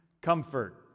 comfort